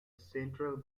central